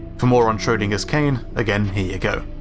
for more on schrodinger's kane, again, here you go.